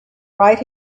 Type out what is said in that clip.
right